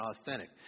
authentic